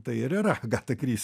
tai ir yra agata kris